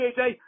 JJ